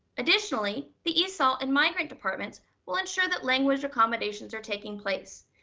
additionally, the esol and migrant department will ensure that language accommodations are taking place.